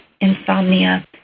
insomnia